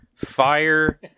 fire